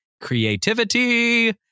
creativity